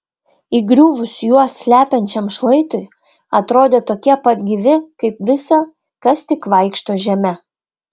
įgriuvus juos slepiančiam šlaitui atrodė tokie pat gyvi kaip visa kas tik vaikšto žeme